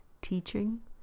teaching